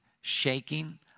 shaking